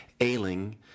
ailing